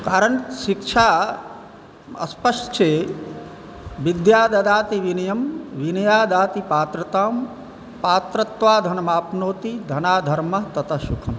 कारण शिक्षा स्पष्ट छै विद्या ददाति विनयम विनियम ददाति पात्रताम पात्रत्वात् धनमाप्नोति धनात् धर्मः ततः सुखम्